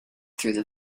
through